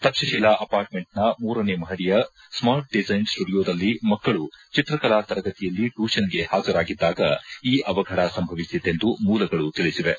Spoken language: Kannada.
ಶಕ್ಷಿಶಿಲಾ ಅಪಾರ್ಟ್ಮೆಂಟ್ನ ಮೂರನೇ ಮಹಡಿಯ ಸ್ಮಾರ್ಟ್ ಡಿಸ್ಟೆನ್ ಸ್ಪುಡಿಯೊದಲ್ಲಿ ಮಕ್ಕಳು ಚಿತ್ರಕಲಾ ತರಗತಿಯಲ್ಲಿ ಟ್ಲೂಷನ್ಗೆ ಪಾಜರಾಗಿದ್ದಾಗ ಈ ಅವಘಡ ಸಂಭವಿಸಿತೆಂದು ಮೂಲಗಳು ತಿಳಿಸಿವೆ